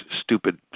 stupid